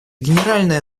генеральная